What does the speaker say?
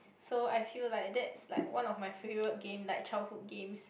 so I feel like that's like one of my favourite game like childhood games